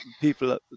people